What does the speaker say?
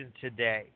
today